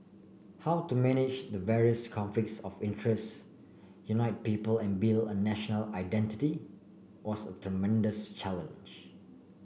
how to manage the various conflicts of interest unite people and build a national identity was a tremendous challenge